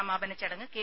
സമാപന ചടങ്ങ് കെ